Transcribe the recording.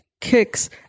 kicks